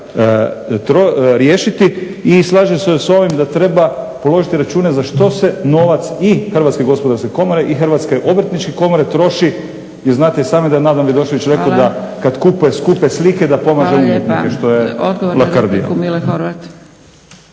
riješiti. I slažem se s ovim da treba položiti račune za što se novac i HGK i HOK-a troši jer znate i sami da je Nadan Vidošević rekao da kad kupuje skupe slike da pomaže umjetnike što je lakrdija.